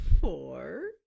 four